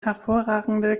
hervorragende